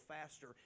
faster